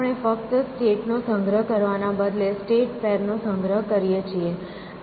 આપણે ફક્ત સ્ટેટનો સંગ્રહ કરવાના બદલે સ્ટેટ પેર નો સંગ્રહ કરીએ છીએ